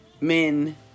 men